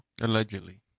allegedly